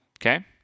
Okay